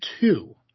two